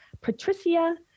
Patricia